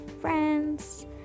friends